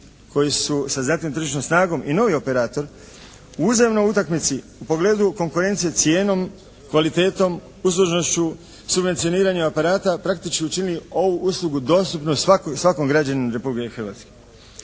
koja su sa zahtjevnom tržišnom snagom i novi operator u uzajamnoj utakmici u pogledu konkurencije cijenom, kvalitetom, uslužnošću, subvencioniranju aparata praktički učinili ovu uslugu dostupnom svakom građaninu Republike Hrvatske.